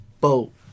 boat